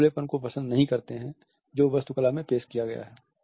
वे खुलेपन को पसंद नहीं करते हैं जो वास्तुकला में पेश किया गया है